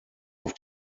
auf